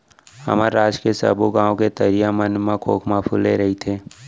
हमर राज के सबो गॉंव के तरिया मन म खोखमा फूले रइथे